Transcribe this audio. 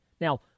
Now